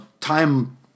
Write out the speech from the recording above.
time